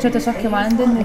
čia tiesiog į vandenį